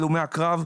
הלומי הקרב,